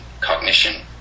cognition